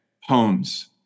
homes